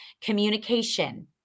Communication